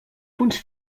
punts